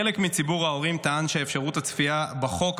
חלק מציבור ההורים טען שאפשרות הצפייה שבחוק,